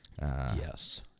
Yes